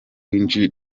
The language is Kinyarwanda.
w’ijwi